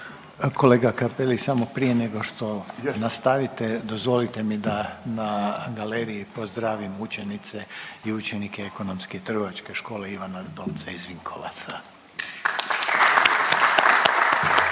Kolega Cappelli samo prije nego što nastavite, dozvolite mi da na galeriji pozdravim učenice i učenike Ekonomske i trgovačke škole Ivana Domca iz Vinkovaca.